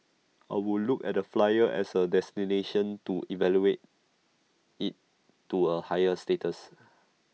I would look at the flyer as A destination to elevate IT to A higher status